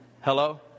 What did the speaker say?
Hello